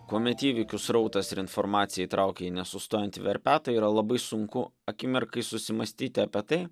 kuomet įvykių srautas ir informacija įtraukia į nesustojantį verpetą yra labai sunku akimirkai susimąstyti apie tai